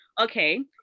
okay